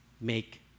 Make